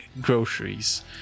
groceries